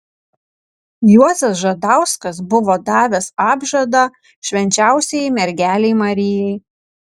juozas žadauskas buvo davęs apžadą švenčiausiajai mergelei marijai